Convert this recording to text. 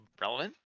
relevant